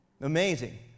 Amazing